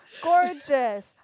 Gorgeous